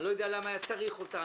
אני לא יודע למה היה צריך אותה,